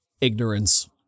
ignorance